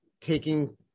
taking